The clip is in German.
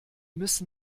müssen